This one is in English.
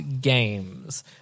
games